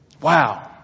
Wow